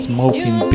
Smoking